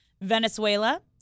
venezuela